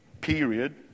period